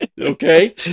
okay